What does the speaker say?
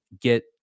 get